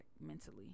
mentally